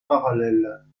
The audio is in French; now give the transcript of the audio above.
parallèle